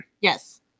Yes